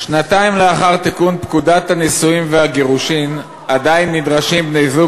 שנתיים לאחר תיקון פקודת הנישואין והגירושין עדיין נדרשים בני-זוג